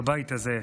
בבית הזה.